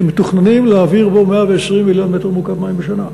שמתכוננים להעביר בו 120 מיליון מ"ק מים בשנה,